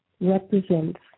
represents